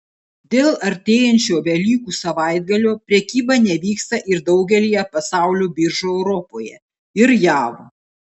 dėl artėjančio velykų savaitgalio prekyba nevyksta ir daugelyje pasaulio biržų europoje ir jav